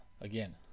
again